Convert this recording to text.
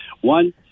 One